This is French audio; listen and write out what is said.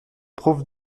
pauvre